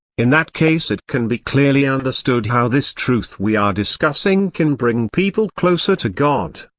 in that case it can be clearly understood how this truth we are discussing can bring people closer to god.